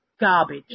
Garbage